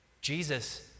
Jesus